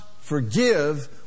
forgive